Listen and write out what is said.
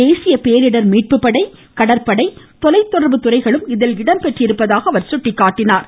தேசிய பேரிடர் மீட்பு படை கடற்படை தொலைத்தொடர்புத்துறைகளும் இதில் இடம்பெற்றிருப்பதாக அவர் சுட்டிக்காட்டினார்